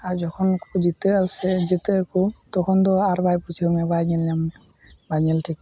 ᱟᱨ ᱡᱚᱠᱷᱚᱱ ᱠᱚ ᱡᱤᱛᱟᱹᱜ ᱟ ᱥᱮ ᱡᱤᱛᱟᱹᱜ ᱟᱠᱚ ᱛᱚᱠᱷᱚᱱ ᱫᱚ ᱟᱨ ᱵᱟᱭ ᱯᱩᱪᱷᱟᱹᱣ ᱢᱮᱭᱟ ᱵᱟᱭ ᱧᱮᱞ ᱧᱟᱢ ᱢᱮᱭᱟ ᱵᱟᱭ ᱧᱮᱞ ᱴᱷᱤᱠ ᱢᱮᱭᱟ